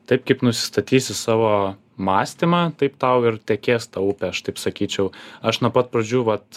taip kaip nusistatysi savo mąstymą taip tau ir tekės ta upė aš taip sakyčiau aš nuo pat pradžių vat